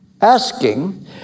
Asking